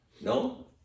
No